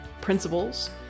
principles